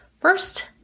first